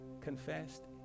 confessed